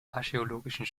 archäologischen